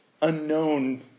unknown